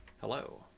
Hello